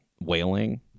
Wailing